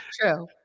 true